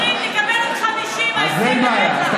תעשה קצת שרירים, תקבל עוד 50, ההישג עליך.